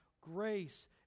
grace